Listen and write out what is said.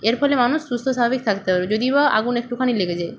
এর ফলে মানুষ সুস্থ স্বাভাবিক থাকতে পারবে যদি বা আগুন একটুখানি লেগে যায়